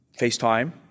FaceTime